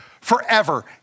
forever